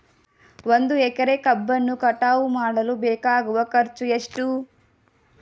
ಒಂದು ಎಕರೆ ಕಬ್ಬನ್ನು ಕಟಾವು ಮಾಡಲು ಬೇಕಾಗುವ ಖರ್ಚು ಎಷ್ಟು?